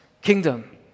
kingdom